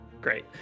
Great